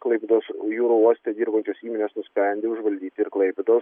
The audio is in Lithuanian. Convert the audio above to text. klaipėdos jūrų uoste dirbančios įmonės nusprendė užvaldyti ir klaipėdos